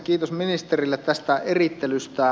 kiitos ministerille tästä erittelystä